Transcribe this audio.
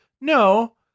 No